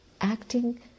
acting